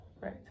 right